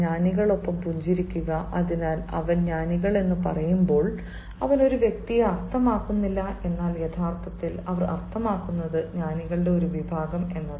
അതിനാൽ ജ്ഞാനികളോടൊപ്പം പുഞ്ചിരിക്കുക അതിനാൽ അവൻ ജ്ഞാനികൾ എന്നു പറയുമ്പോൾ അവൻ ഒരു വ്യക്തിയെ അർത്ഥമാക്കുന്നില്ല എന്നാൽ യഥാർത്ഥത്തിൽ അവൻ അർത്ഥമാക്കുന്നത് ജ്ഞാനികളുടെ ഒരു വിഭാഗം